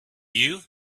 you